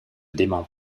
dément